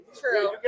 True